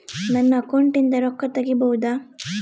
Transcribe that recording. ನನ್ನ ಅಕೌಂಟಿಂದ ರೊಕ್ಕ ತಗಿಬಹುದಾ?